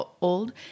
old